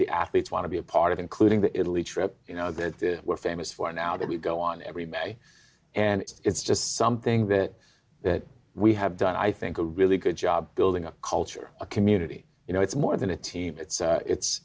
the athletes want to be a part of including the italy trip you know that we're famous for now that we go on everybody and it's just something that we have done i think a really good job building a culture a community you know it's more than a team it's it's